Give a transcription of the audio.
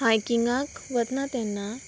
हायकिंगाक वता तेन्ना